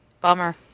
Bummer